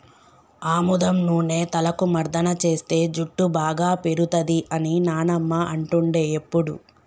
ఆముదం నూనె తలకు మర్దన చేస్తే జుట్టు బాగా పేరుతది అని నానమ్మ అంటుండే ఎప్పుడు